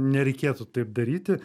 nereikėtų taip daryti